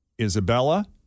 Isabella